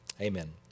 Amen